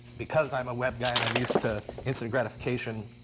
because i'm a web guy and i'm used to instant gratification,